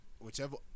Whichever